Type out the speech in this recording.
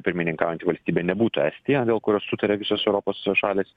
pirmininkaujanti valstybė nebūtų estija dėl kurios sutarė visos europos šalys